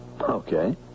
Okay